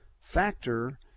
factor